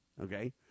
Okay